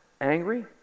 angry